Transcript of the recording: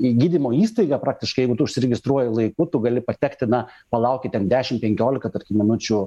į gydymo įstaigą praktiškai jeigu užsiregistruoji laiku tu gali patekti na palauki ten dešim penkiolika minučių